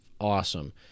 awesome